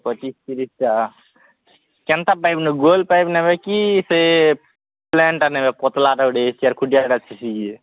ପଚିଶ୍ ତିରିଶ୍ଟା କେନ୍ତା ପାଇପ୍ ନେବ ଗୋଲ୍ ପାଇପ୍ ନେବେ କି ସେ ପ୍ଲେନ୍ଟା ନେବେ ପତ୍ଲାଟା ଗୁଟେ ଅଛି କି